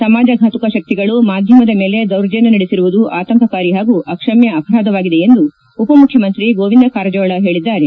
ಸಮಾಜ ಫಾತುಕ ಶಕ್ತಿಗಳು ಮಾಧ್ಯಮದ ಮೇಲೆ ದೌರ್ಜನ್ನ ನಡೆಸಿರುವುದು ಆತಂಕಕಾರಿ ಹಾಗೂ ಅಕ್ಷಮ್ಯ ಅಪರಾಧವಾಗಿದೆ ಎಂದು ಉಪಮುಖ್ಯಮಂತ್ರಿ ಗೋವಿಂದ ಕಾರಜೋಳ ಹೇಳಿದ್ದಾರೆ